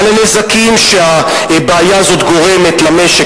על הנזקים שהבעיה הזאת גורמת למשק,